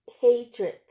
hatred